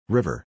River